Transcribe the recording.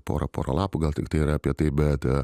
porą porą lapų gal tiktai yra apie tai bet